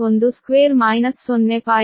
12- 0